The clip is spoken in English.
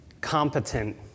competent